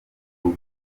rugo